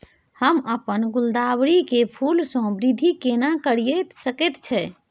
हम अपन गुलदाबरी के फूल सो वृद्धि केना करिये सकेत छी?